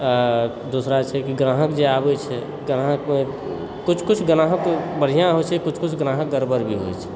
दोसरा जे छै ग्राहक जे आबै छै ग्राहकमे किछु किछु ग्राहक बढ़िआँ होइत छै किछु किछु ग्राहक गड़बड़ भी होइत छै